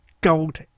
Gold